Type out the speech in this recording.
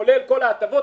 כולל כל ההטבות,